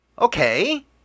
Okay